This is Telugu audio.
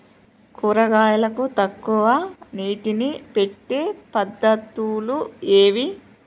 కూరగాయలకు తక్కువ నీటిని పెట్టే పద్దతులు ఏవి?